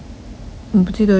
我不记得有 eh